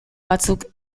batzuk